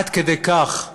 עד כדי כך,